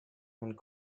and